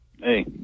hey